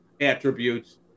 attributes